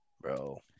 bro